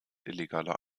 illegaler